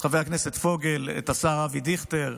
את השר אבי דיכטר,